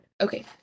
Okay